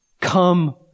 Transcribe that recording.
Come